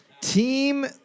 Team